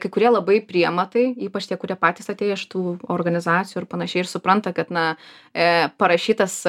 kai kurie labai prijema tai ypač tie kurie patys atėję iš tų organizacijų ir panašiai ir supranta kad na eee parašytas